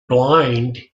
blind